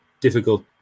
difficult